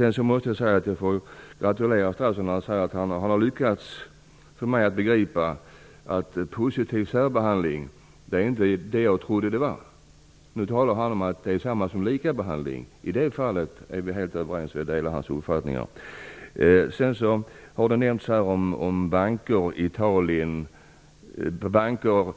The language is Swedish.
Jag måste gratulera statsrådet som säger att han har lyckats få mig att begripa att en positiv särbehandling inte är det som jag trodde att det var. Nu talar han om att det är samma sak som likabehandling. I det fallet är vi helt överens. Där delar jag hans uppfattningar. Det har här nämnts banker i Italien, banker